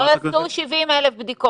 לא יצאו 70,000 בדיקות.